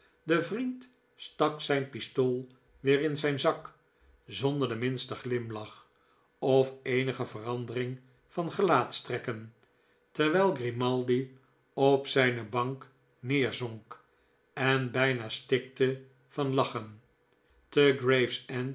de vriend stak zijn pistool weer in zijn zak zonder den minsten glimlach of eenige verandering van gelaatstrekken terwijl grimaldi op zijne bank neerzonk en bijna stikte van lachen te gravesend